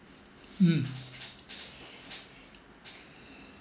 mm